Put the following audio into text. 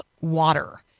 water